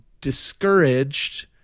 discouraged